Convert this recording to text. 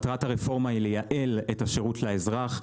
מטרת הרפורמה היא לייעל את השרות לאזרח,